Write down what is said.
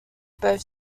both